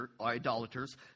idolaters